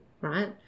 right